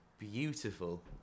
Beautiful